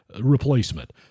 replacement